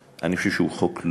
אני חושב שהוא חוק לא טוב.